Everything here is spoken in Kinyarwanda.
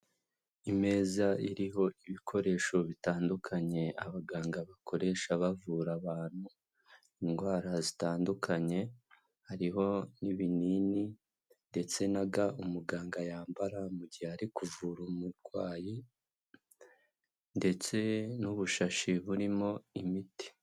Imeza iriho ibikoresho bitandukanye abaganga bakoresha bavura abantu indwara zitandukanye, hariho n'ibinini ndetse na ga umuganga yambara mu gihe ari kuvura umurwayi ndetse n'ubushashi burimo imiti.